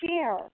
share